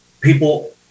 people